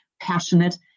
passionate